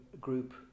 group